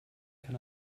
kann